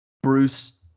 Bruce